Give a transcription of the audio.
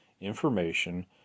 information